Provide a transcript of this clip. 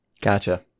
Gotcha